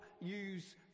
use